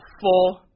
four